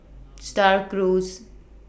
STAR Cruise